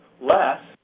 less